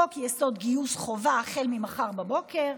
חוק-יסוד: גיוס חובה החל ממחר בבוקר.